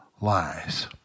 lies